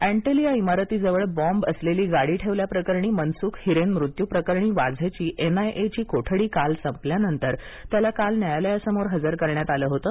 अंटेलिया इमारतीजवळ बॅम्ब असलेली गाडी ठेवल्याप्रकरणी आणि मनसुख हिरेन मृत्यू प्रकरणी वाझेची एन आय ए ची कोठडी काल संपल्यानंतर त्याला काल न्यायालयासमोर हजर करण्यात आलं होतं